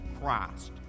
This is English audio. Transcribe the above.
Christ